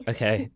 Okay